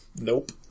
Nope